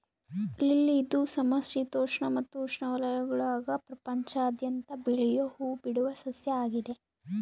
lily ಇದು ಸಮಶೀತೋಷ್ಣ ಮತ್ತು ಉಷ್ಣವಲಯಗುಳಾಗ ಪ್ರಪಂಚಾದ್ಯಂತ ಬೆಳಿಯೋ ಹೂಬಿಡುವ ಸಸ್ಯ ಆಗಿದೆ